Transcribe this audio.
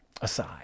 aside